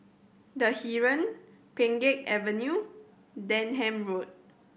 The Heeren Pheng Geck Avenue Denham Road